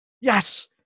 Yes